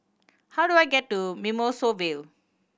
how do I get to Mimosa Vale